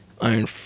Iron